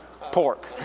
pork